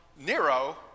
Nero